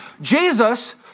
Jesus